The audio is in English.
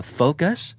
focus